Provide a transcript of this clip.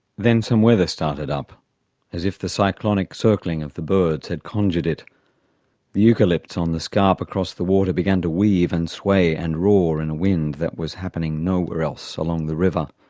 then some weather started up as if the cyclonic circling of the birds had conjured it. the eucalypts on the scarp across the water began to weave and sway and roar in the wind that was happening nowhere else along the river.